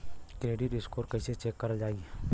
Credit score कइसे check करल जायी?